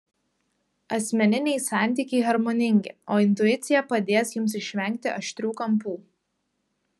asmeniniai santykiai harmoningi o intuicija padės jums išvengti aštrių kampų